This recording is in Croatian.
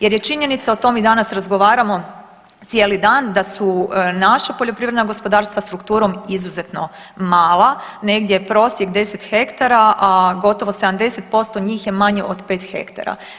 Jer je činjenica o tom i danas razgovaramo cijeli dan da su naša poljoprivredna gospodarstva strukturom izuzetno mala, negdje je prosjek 10 hektara, a gotovo 70% njih je manje od 5 hektara.